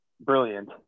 brilliant